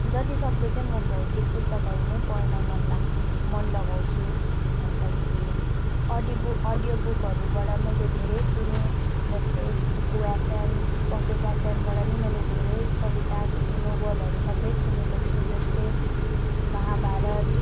जतिसक्दो चाहिँ म भौतिक पुस्तकहरू नै पढ्न मन लाग् मन लगाउँछु अन्तखेरि अडिबु अडियोबुकहरूबाट मैले धेरै सुनेँ जस्तो कुकु एफएम पकेट एफएमबाट नि मैले धेरै कविता नोबेलहरू सबै सुनेको छु जस्तै महाभारत